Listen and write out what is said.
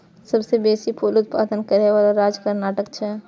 सबसं बेसी फूल उत्पादन करै बला राज्य कर्नाटक छै